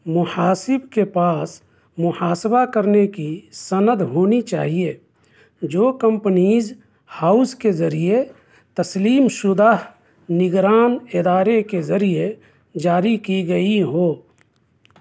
محاسب کے پاس محاسبہ کرنے کی سند ہونی چاہیے جو کمپنیز ہاؤس کے ذریعے تسلیم شدہ نگران ادارے کے ذریعے جاری کی گئی ہو